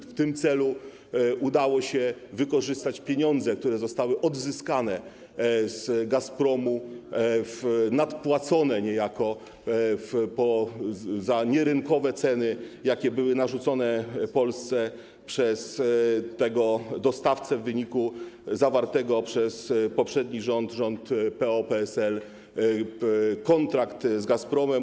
W tym celu udało się wykorzystać pieniądze, które zostały odzyskane z Gazpromu, nadpłacone niejako za nierynkowe ceny narzucone Polsce przez tego dostawcę w wyniku zawartego przez poprzedni rząd, rząd PO-PSL, kontraktu z Gazpromem.